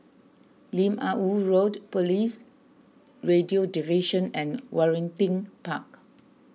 Lim Ah Woo Road Police Radio Division and Waringin Park